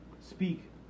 speak